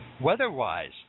Weather-wise